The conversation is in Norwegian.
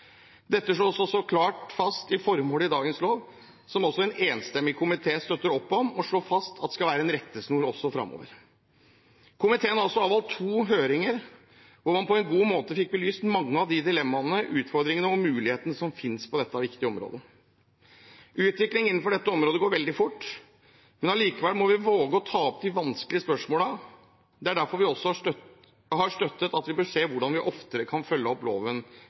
Dette slås også klart fast i lovens formål i dag, som også en enstemmig komité støtter opp om og slår fast skal være en rettesnor også framover. Komiteen har avholdt to høringer, hvor man på en god måte fikk belyst mange av de dilemmaene, utfordringene og mulighetene som finnes på dette viktige området. Utvikling innenfor dette området går veldig fort, men allikevel må vi våge å ta opp de vanskelige spørsmålene. Det er derfor vi har støttet at vi bør se på hvordan vi oftere kan følge opp loven